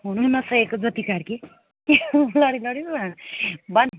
हुनु नसकेको ज्योति कार्की लडी लडी पो हाँस भन्